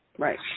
Right